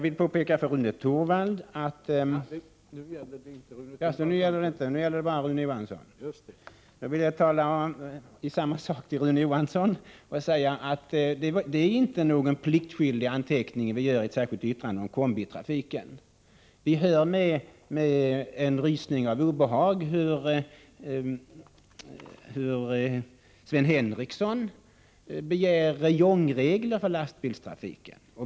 Till Rune Johansson vill jag säga att det inte är någon pliktskyldig anteckning vi gör i ett särskilt yttrande om kombitrafiken. Vi hör med en rysning av obehag hur Sven Henricsson begär räjongregler för lastbilstrafiken.